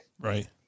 Right